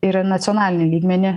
ir į nacionalinį lygmenį